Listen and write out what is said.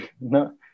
no